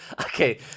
okay